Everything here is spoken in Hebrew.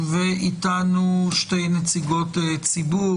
ושתי נציגות ציבור,